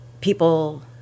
people